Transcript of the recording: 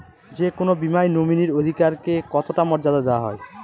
যে কোনো বীমায় নমিনীর অধিকার কে কতটা মর্যাদা দেওয়া হয়?